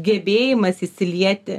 gebėjimas įsilieti